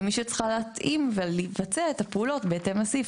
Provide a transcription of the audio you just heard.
כמי שצריכה להתאים ולבצע את הפעולות בהתאם לסעיף